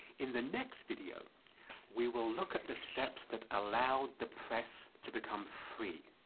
in the next video we will look at the steps that allowed the press to become free,